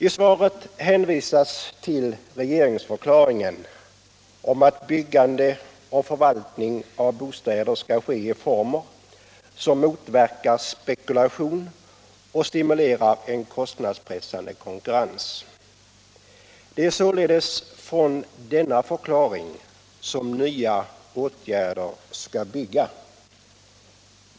I svaret hänvisas till regeringsförklaringen: ”Byggande och förvaltande av bostäder skall ske i former som motverkar spekulation och stimulerar en kostnadspressande konkurrens.” Det är således på denna förklaring som nya åtgärder skall bygga.